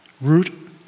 root